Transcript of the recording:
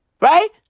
Right